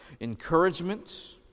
encouragement